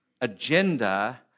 agenda